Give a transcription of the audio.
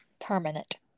permanent